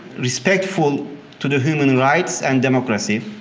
respectful to the human rights and democracy.